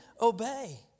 obey